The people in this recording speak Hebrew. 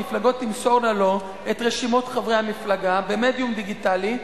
המפלגות תמסורנה לו את רשימות חברי המפלגה במדיום דיגיטלי,